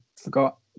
forgot